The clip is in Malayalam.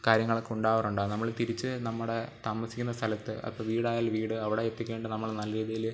കാര്യങ്ങളൊക്കെ ഉണ്ടാകാറുണ്ട് നമ്മൾ തിരിച്ച് നമ്മുടെ താമസിക്കുന്ന സ്ഥലത്ത് അപ്പം വീടായാൽ വീട് അവിടെ എത്തി കഴിഞ്ഞിട്ട് നമ്മൾ നല്ല രീതിയിൽ